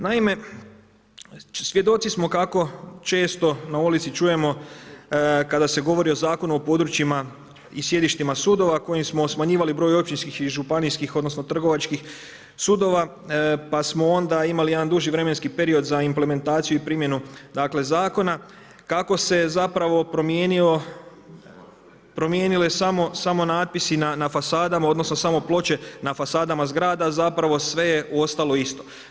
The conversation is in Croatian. Naime, svjedoci smo kako često na ulici čujemo kada se govori o Zakonu o područjima i sjedištima sudova kojim smo smanjivali broj općinskih i županijskih odnosno trgovačkih sudova, pa smo onda imali jedan duži vremenski period za implementaciju i primjenu dakle zakona, kako se zapravo promijenili samo natpisi na fasadama odnosno samo ploče na fasadama zgrada, zapravo sve je ostalo isto.